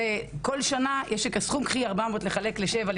בכל שנה הסכום שיש הוא 400 לחלק לשבע.